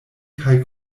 kaj